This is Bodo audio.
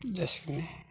जासिगोन हो